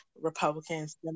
Republicans